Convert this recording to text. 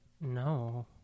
No